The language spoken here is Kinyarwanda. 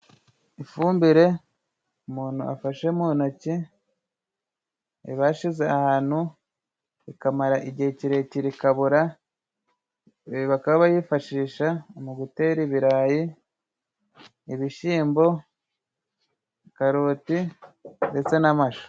Ifumbire umuntu afashe mu intoki bashize ahantu ikahamara igihe kirekire ikabora, bakaba bayifashisha mu ugutera ibirayi, ibishimbo, karoti ndetse n'amashu.